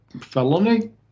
felony